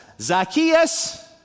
Zacchaeus